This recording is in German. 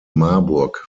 marburg